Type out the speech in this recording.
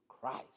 Christ